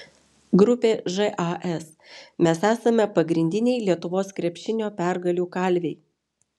grupė žas mes esame pagrindiniai lietuvos krepšinio pergalių kalviai